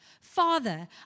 Father